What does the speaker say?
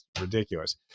ridiculous